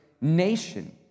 nation